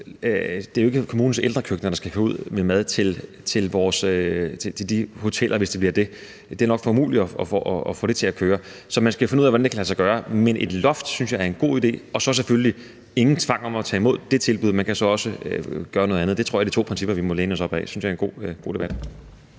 at det jo ikke er kommunernes ældrekøkkener, der skal køre ud med mad til de hoteller, hvis det bliver det, for det er nok umuligt at få det til at køre, så man skal finde ud af, hvordan det kan lade sig gøre. Men et loft synes jeg er en god idé, og så selvfølgelig ingen tvang om at tage imod det tilbud, for man skal også have mulighed for at gøre noget andet. Jeg tror, det er de to principper, vi må læne os op ad. Det synes jeg er en god debat.